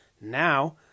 Now